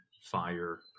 fire